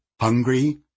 hungry